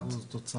כן.